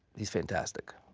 he's fantastic.